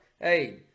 hey